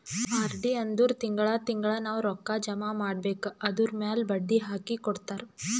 RD ಅಂದುರ್ ತಿಂಗಳಾ ತಿಂಗಳಾ ನಾವ್ ರೊಕ್ಕಾ ಜಮಾ ಮಾಡ್ಬೇಕ್ ಅದುರ್ಮ್ಯಾಲ್ ಬಡ್ಡಿ ಹಾಕಿ ಕೊಡ್ತಾರ್